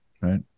right